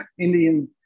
Indian